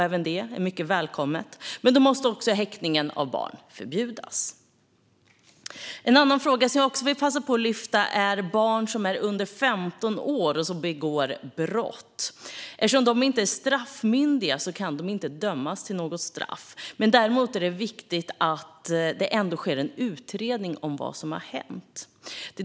Även det är välkommet, men då måste också häktning av barn förbjudas. En annan fråga som jag också vill passa på att lyfta fram är barn som är under 15 år och som begår brott. Eftersom de inte är straffmyndiga kan de inte dömas till något straff, men däremot är det viktigt att det ändå sker en utredning om vad som har hänt.